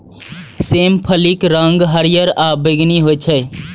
सेम फलीक रंग हरियर आ बैंगनी होइ छै